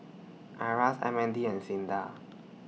IRAS M N D and SINDA